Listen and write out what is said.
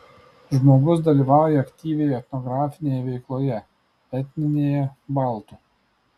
žmogus dalyvauja aktyviai etnografinėje veikloje etninėje baltų